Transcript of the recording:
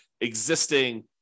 existing